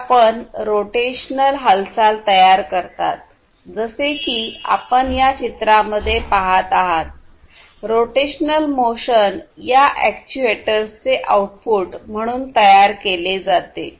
ते आपण रोटेशनल हालचाल तयार करतात जसे की आपण या चित्रामध्ये पहात आहात रोटेशनल मोशन या अॅक्ट्युएटर्सचे आउटपुट म्हणून तयार केले जाते